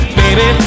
baby